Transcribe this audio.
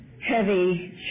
Heavy